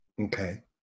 Okay